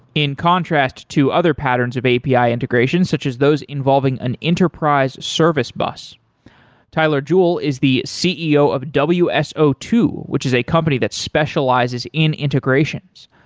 in contrast to other patterns of api integration such as those involving an enterprise service bus tyler jewell is the ceo of w s o two, which is a company that specializes in integrations.